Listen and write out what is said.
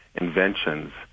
inventions